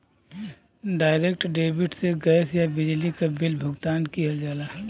direct debit से gas या बिजली क बिल भुगतान किहल जाला